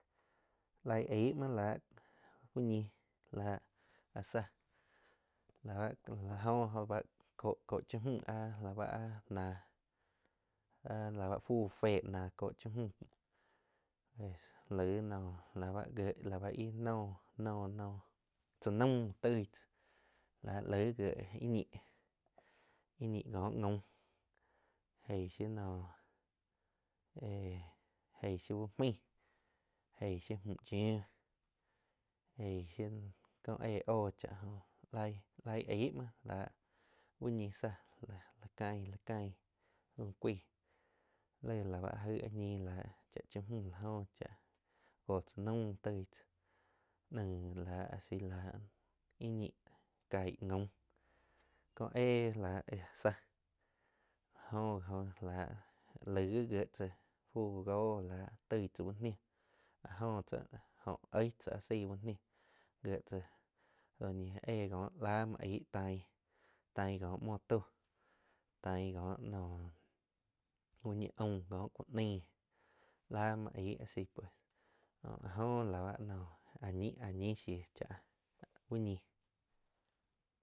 Laig aig mhuo láh uh ñi la áh tzáh la báh la jóh ba có cha mju áh la bá áh náh áh la ba fu féh náh cóh cha mju pues laig noh la báh gie ih noh-noh tzá naum toig tzá la laig giéh íh ñih kó gaum eig shiu no he uh maih eig shiu muh yiu, éh óhoh cha laig laigg aig muoh la eh uh ñi tsa la cain, la cain fu cuaig laig la bah aig ñi láh cha, cha mju la jóh cha jóh tzá naum toig tzá naig láh chai láh i ñi caig gaum ko éh la éh tzah la go gi jo lah laig gi gie tzáh fu góh láh toig tzá uh níh ah jo chih jo oij tza áh seig uh ni gieh tzádo ñi éh lo láh muo aigh tain tain ko muoh taum tain ko naum uh ñi aum kóh ku naig la muo aig asi jo áh jo la ba naum a ñi shiu cháh úh ñi.